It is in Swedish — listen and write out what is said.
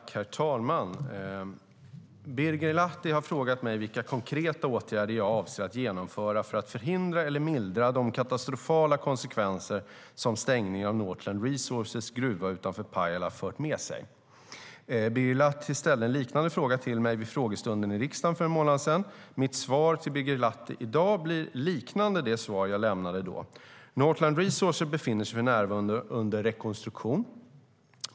STYLEREF Kantrubrik \* MERGEFORMAT Svar på interpellationerBirger Lahti ställde en liknande fråga till mig vid frågestunden i riksdagen för en månad sedan. Mitt svar till Birger Lahti i dag blir liknande det svar jag lämnade då: Northland Resources befinner sig för närvarande under rekonstruktion.